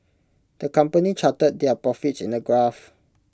the company charted their profits in A graph